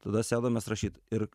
tada sėdom mes rašyt ir